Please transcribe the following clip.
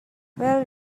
well